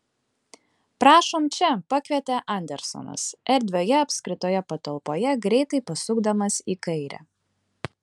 prašom čia pakvietė andersonas erdvioje apskritoje patalpoje greitai pasukdamas į kairę